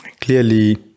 clearly